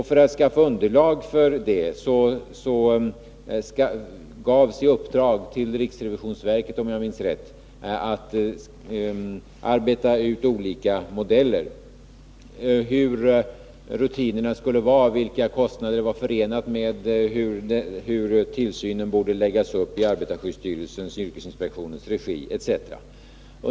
För att skapa ett underlag för den gavs i uppdrag till — efter vad jag kan erinra mig — riksrevisionsverket att arbeta ut olika modeller för hur rutinerna skulle utformas, hur tillsynen i arbetarskyddsstyrelsens och yrkesinspektionens regi borde läggas upp, etc.